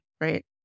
Right